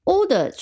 Order